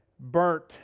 Burnt